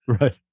right